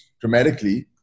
dramatically